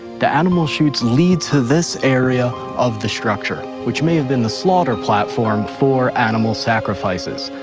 the animal chutes lead to this area of the structure, which may have been the slaughter platform for animal sacrifices.